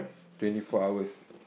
twenty four hours